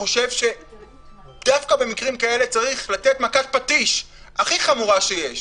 חושב שדווקא במקרים כאלה צריך לתת מכת פטיש הכי חמורה שיש,